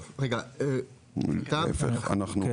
כן, בבקשה.